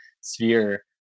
sphere